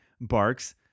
Barks